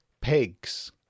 Pigs